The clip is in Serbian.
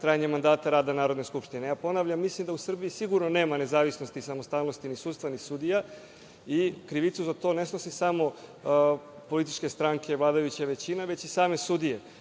trajanje mandata rada Narodne skupštine. Ponavljam, mislim da u Srbiji sigurno nema nezavisnosti i samostalnosti ni sudstva ni sudija i krivicu za to ne snose samo političke stranke, vladajuća većina, već i same sudije,